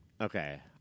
Okay